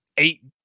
eight